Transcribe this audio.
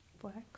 Flex